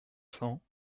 cents